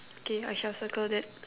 okay I shall circle that